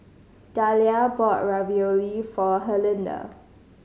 Dahlia bought Ravioli for Herlinda